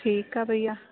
ठीकु आहे भईया